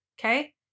Okay